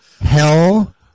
hell